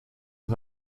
und